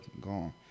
gone